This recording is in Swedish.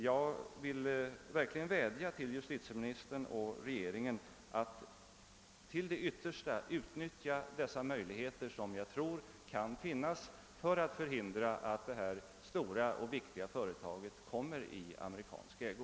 Jag vädjar verkligen till justitieministern och regeringen att till det yttersta utnyttja dessa möjligheter för att förekomma att deita stora och viktiga företag råkar i amerikansk ägo.